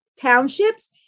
townships